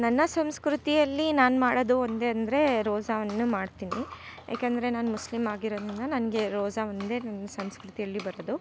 ನನ್ನ ಸಂಸ್ಕೃತಿಯಲ್ಲಿ ನಾನು ಮಾಡೋದು ಒಂದೆ ಅಂದರೆ ರೋಸಾವನ್ನು ಮಾಡ್ತೀನಿ ಏಕೆ ಅಂದರೆ ನಾನು ಮುಸ್ಲಿಮ್ ಆಗಿರೋದರಿಂದ ನನಗೆ ರೋಸಾ ಒಂದೇ ಸಂಸ್ಕೃತಿಯಲ್ಲಿ ಬರೋದು